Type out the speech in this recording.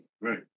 Right